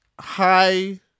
high